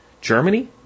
Germany